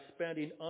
spending